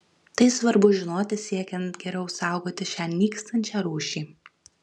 tai svarbu žinoti siekiant geriau saugoti šią nykstančią rūšį